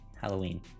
Halloween